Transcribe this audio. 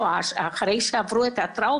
מרימים אותה במנוף.